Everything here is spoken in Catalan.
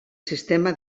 sistema